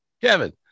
Kevin